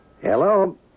Hello